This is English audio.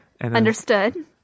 Understood